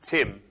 Tim